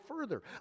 further